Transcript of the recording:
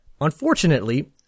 Unfortunately